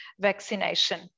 vaccination